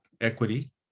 equity